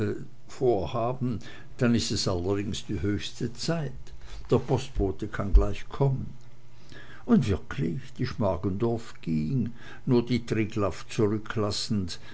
vorhaben dann ist es allerdings die höchste zeit der postbote kann gleich kommen und wirklich die schmargendorf ging nur die triglaff zurücklassend